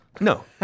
no